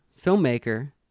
filmmaker